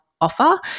offer